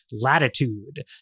latitude